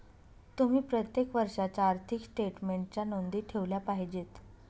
तुम्ही प्रत्येक वर्षाच्या आर्थिक स्टेटमेन्टच्या नोंदी ठेवल्या पाहिजेत